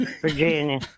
Virginia